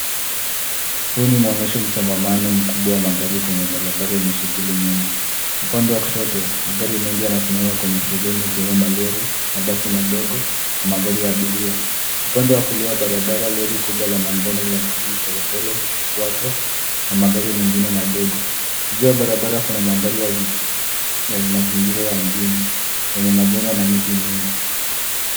Huu ni mwonyesho wa msongamano mkubwa wa magari kwenye barabara yenye shughuli nyingi. Upande wa kushoto, magari mengi yanasimama kwenye foleni yakiwemo malori, mabasi madogo na magari ya abiria. Upande wa kulia wa barabara lori kubwa la manjano linasafiri polepole likifuatwa na magari mengine madogo. Juu ya barabara kuna mandhari ya mazingiraya mjini yenye majengo na miti mingi.